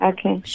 Okay